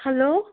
hello